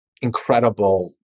incredible